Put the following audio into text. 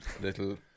little